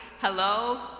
hello